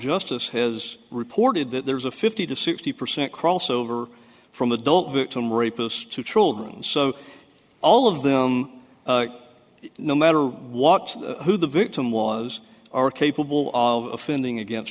justice has reported that there's a fifty to sixty percent crossover from adult victim rapists to children so all of them no matter what who the victim was are capable of winning against